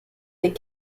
des